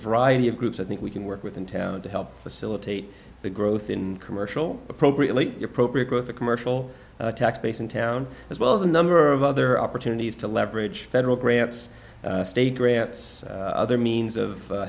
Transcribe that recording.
variety of groups i think we can work with in town to help facilitate the growth in commercial appropriately appropriate growth the commercial tax base in town as well as a number of other opportunities to leverage federal grants state grants other means of